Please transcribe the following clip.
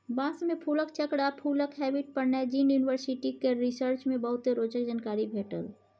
बाँस मे फुलक चक्र आ फुलक हैबिट पर नैजिंड युनिवर्सिटी केर रिसर्च मे बहुते रोचक जानकारी भेटल